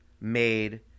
made